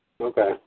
Okay